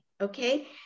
okay